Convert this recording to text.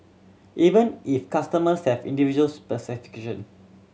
even if customers have individual specification